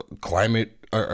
climate